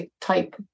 type